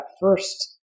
first